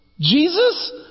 Jesus